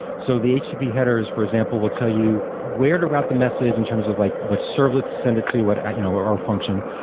so the http headers for example, will tell you where to route the message in terms of like what's servlet to send it to, you know or function.